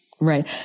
Right